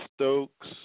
Stokes